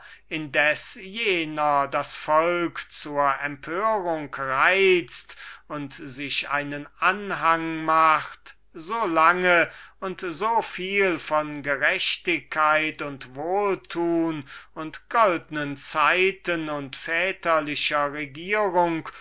das volk zur empörung reizen und sich einen anhang machen wollte so lange und so viel von gerechtigkeit und wohltun und goldnen zeiten und väterlichem